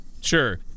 Sure